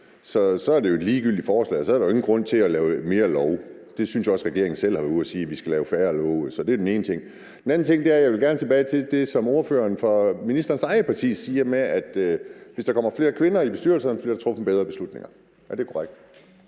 Så er det jo et ligegyldigt forslag, og så er der jo ingen grund til at lave flere love. Jeg synes også, at regeringen selv har været ude at sige, at vi skal lave færre love. Så det er den ene ting. Den anden ting er, at jeg gerne vil tilbage til det, som ordføreren fra ministerens eget parti siger, med, at hvis der kommer flere kvinder i bestyrelserne, så bliver der truffet bedre beslutninger. Er det korrekt?